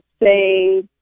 say